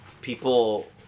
people